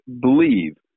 believe